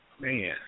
Man